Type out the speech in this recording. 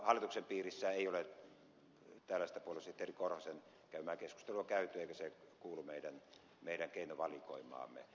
hallituksen piirissä ei ole tällaista puoluesihteeri korhosen käymää keskustelua käyty eikä se kuulu meidän keinovalikoimaamme